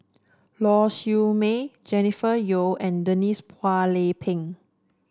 Lau Siew Mei Jennifer Yeo and Denise Phua Lay Peng